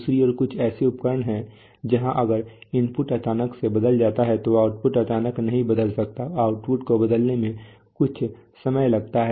दूसरी ओर कुछ ऐसे उपकरण हैं जहां अगर इनपुट अचानक बदल जाता है तो आउटपुट अचानक नहीं बदल सकता है आउटपुट को बढ़ने में कुछ समय लगता है